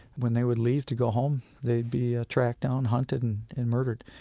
when they would leave to go home, they'd be ah tracked down, hunted, and and murdered.